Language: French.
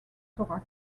thorax